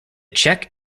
czech